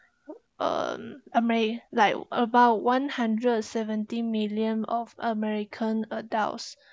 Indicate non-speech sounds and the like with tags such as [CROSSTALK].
um am I like about one hundred seventy million of american adults [BREATH]